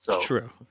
True